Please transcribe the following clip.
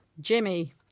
jimmy